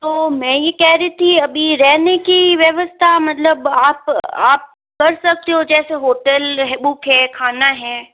तो मैं यह कह रही थी अभी रहने की व्यवस्था मतलब आप आप कर सकते हो जैसे होटल है बुक है खाना है